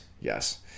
yes